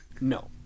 No